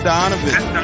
Donovan